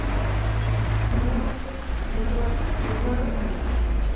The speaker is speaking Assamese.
ধুনীয়াকৈ নিজৰ নিজৰ